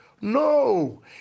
No